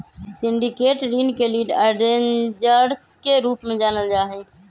syndicated ऋण के lead arrangers के रूप में जानल जा हई